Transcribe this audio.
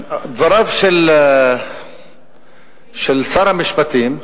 דבריו של שר המשפטים,